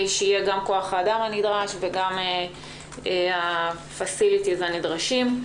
שיהיה גם כוח האדם הנדרש וגם המתקנים הנדרשים.